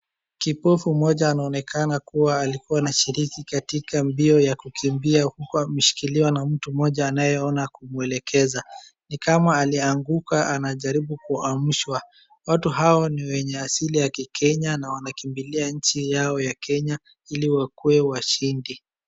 Kipofu mmoja anaonekana kuwa alikuwa anashiriki katika mbio ya kukimbia uku ameshikiliwa na mtu mmoja anayeona kumwelekeza, ni kama alianguka anajaribu kuamshwa. Watu hao ni wenye asili ya Kikenya na wanakimbilia nchi yao ya Kenya ili wakue washindi.